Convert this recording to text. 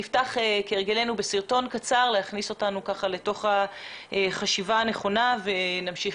כהרגלנו נפתח בסרטון קצר כדי להכניס אותנו לחשיבה הנכונה ומשם